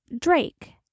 Drake